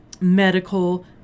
medical